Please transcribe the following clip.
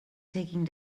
taking